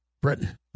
Britain